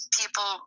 people